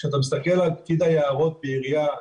כשאתה מסתכל על פקיד היערות בעירייה,